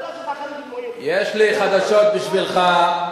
יש לי חדשות בשבילך: